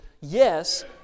yes